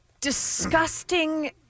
Disgusting